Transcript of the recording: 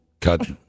Cut